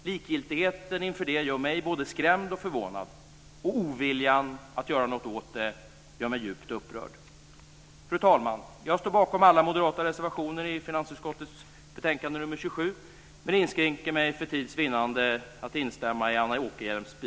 Likgiltigheten inför det gör mig både skrämd och förvånad, och oviljan att göra något åt det gör mig djupt upprörd. Fru talman! Jag står bakom alla moderata reservationer i finansutskottets betänkande nr 27 men inskränker mig för tids vinnande till att instämma i